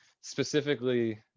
specifically